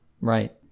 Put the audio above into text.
Right